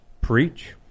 Preach